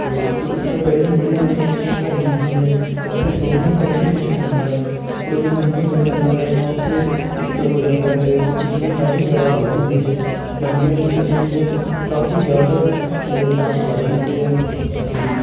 ਅਤੇ ਇੱਕ ਇੱਕ ਤਾਂ ਪਹਿਲੀ ਹੀ ਬੜੀ ਜ਼ਿਆਦਾ ਤਿੱਖੀ ਚੜ੍ਹਾਈ ਹੁੰਦੀ ਹੈ ਉੱਥੇ ਤੁਰਨਾ ਹੀ ਵੈਸੇ ਹੀ ਮੁਸ਼ਕਲ ਹੁੰਦਾ ਹੈ ਉੱਪਰੋਂ ਜਦੋਂ ਮੀਂਹ ਪੈ ਜਾਂਦਾ ਹੈ ਤਾਂ ਉੱਥੇ ਚਿੱਕੜ ਹੋ ਜਾਂਦਾ ਹੈ ਅਤੇ ਉੱਥੇ ਫਿਸਲਣ ਕਾਫ਼ੀ ਜਿਆਦਾ ਵੱਧ ਜਾਂਦੀ ਹੈ ਬੰਦੇ ਦੇ ਫਿਸਲਣ ਦੇ ਕਾਫ਼ੀ ਜ਼ਿਆਦਾ ਹੀ ਚਾਂਸ ਵੱਧ ਜਾਂਦੇ ਹੈ ਅਤੇ